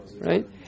right